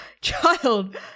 Child